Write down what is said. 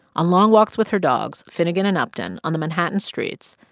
long walks with her dogs, finnegan and upton, on the manhattan streets,